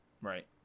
Right